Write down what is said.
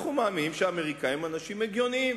אנחנו טוענים שהאמריקנים אנשים הגיוניים,